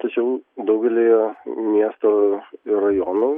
tačiau daugelyje miesto rajonų